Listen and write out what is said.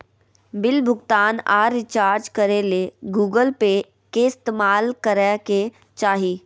bill भुगतान आर recharge करे ले गूगल पे के इस्तेमाल करय के चाही